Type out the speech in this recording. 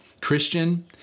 Christian